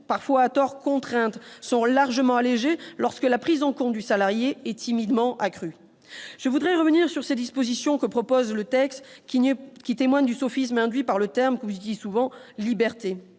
parfois à tort, « contraintes », sont largement allégées, alors que la prise en compte du salarié est timidement accrue. Je voudrais revenir sur certaines dispositions du texte qui témoignent du sophisme induit par un terme que vous utilisez souvent :« liberté ».